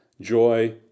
joy